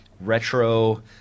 retro